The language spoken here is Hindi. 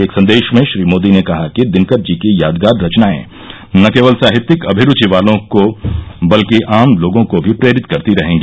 एक संदेश में श्री मोदी ने कहा कि दिनकर जी की यादगार रचनाएं न केवल साहित्यिक अभिरूचि वालों को बल्कि आम लोगों को भी प्रेरित करती रहेगी